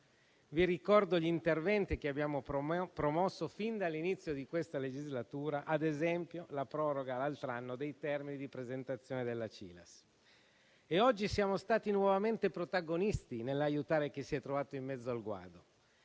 Vi ricordo gli interventi che abbiamo promosso fin dall'inizio di questa legislatura, ad esempio la proroga dei termini di presentazione della CILAS. Oggi siamo stati nuovamente protagonisti nell'aiutare chi si è trovato in mezzo al guado,